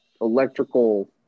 electrical